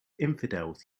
infidels